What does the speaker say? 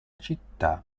città